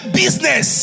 business